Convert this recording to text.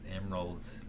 emeralds